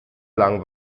lang